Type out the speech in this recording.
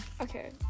Okay